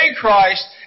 Christ